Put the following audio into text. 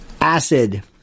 acid